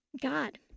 God